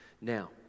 now